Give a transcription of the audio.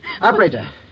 Operator